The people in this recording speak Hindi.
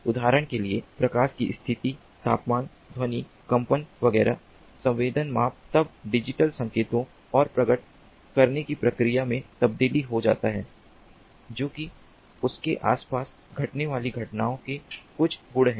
उदाहरण के लिए प्रकाश की स्थिति तापमान ध्वनि कंपन वगैरह संवेदन माप तब डिजिटल संकेतों और प्रकट करने की प्रक्रिया में तब्दील हो जाता है जो कि उनके आस पास घटने वाली घटनाओं के कुछ गुण हैं